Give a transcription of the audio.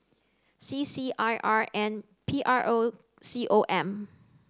C C I R and P R O C O M